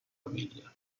famiglia